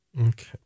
Okay